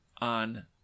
on